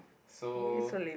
so